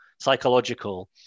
psychological